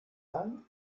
dann